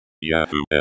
Yahoo